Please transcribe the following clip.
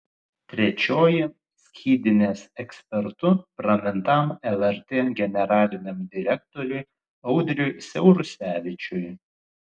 trečioji skydinės ekspertu pramintam lrt generaliniam direktoriui audriui siaurusevičiui